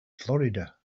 florida